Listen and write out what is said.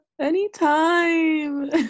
anytime